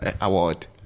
award